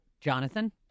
Jonathan